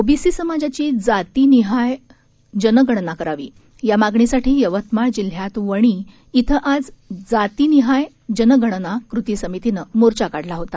OBC समाजाची जातीनिहाय जनगणना करावी या मागणीसाठी यवतमाळ जिल्ह्यात वणी क्वें आज जातिनिहाय जनगणना कृती समितीनं मोर्चा काढला होता